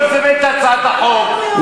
היא יוזמת הצעת החוק,